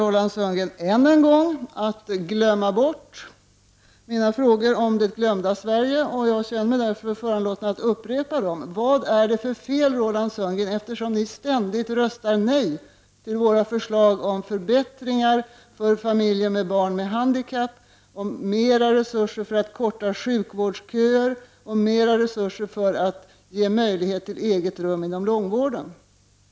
Roland Sundgren valde att än en gång glömma bort mina frågor om det glömda Sverige. Jag känner mig därför föranlåten att upprepa dem. Vad är det för fel, eftersom ni ständigt röstar nej till våra förslag om förbättringar för familjer med handikappade barn, om mer resurser för att korta sjukvårdsköerna och om mer resurser för att ge möjlighet till eget rum inom långvården?